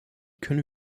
können